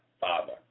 Father